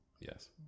Yes